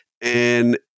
and-